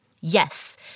yes